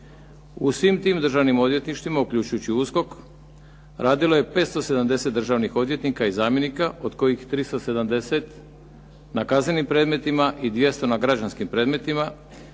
U svim tim državnim odvjetništvima uključujući i USKOK radilo je 570 državnih odvjetnika i zamjenika od kojih 370 na kaznenim predmetima i 200 na građanskim predmetima